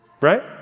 Right